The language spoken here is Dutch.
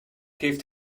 heeft